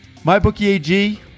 MyBookieAG